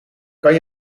kan